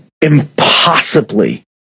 impossibly